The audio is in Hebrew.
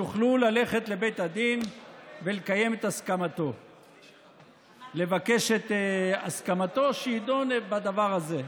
יוכלו ללכת לבית הדין ולבקש את הסכמתו שידון בדבר הזה.